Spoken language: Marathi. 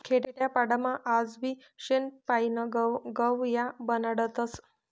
खेडापाडामा आजबी शेण पायीन गव या बनाडतस